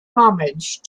homage